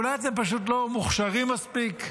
שאולי אתם פשוט לא מוכשרים מספיק?